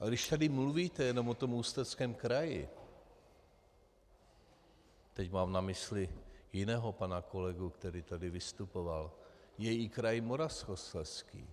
Ale když tady mluvíte jenom o Ústeckém kraji, teď mám na mysli jiného pana kolegu, který tady vystupoval, je i kraj Moravskoslezský.